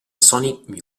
sony